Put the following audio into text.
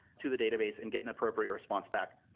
to the database and get an appropriate response back.